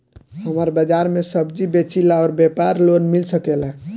हमर बाजार मे सब्जी बेचिला और व्यापार लोन मिल सकेला?